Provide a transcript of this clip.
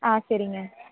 ஆ சரிங்க